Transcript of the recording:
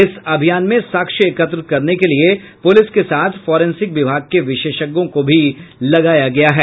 इस अभियान में साक्ष्य एकत्र करने के लिये पुलिस के साथ फोरेंसिक विभाग के विशेषज्ञों को भी लगाया गया है